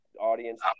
audience